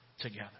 together